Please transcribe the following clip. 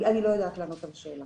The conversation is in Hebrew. אני לא יודעת לענות על השאלה.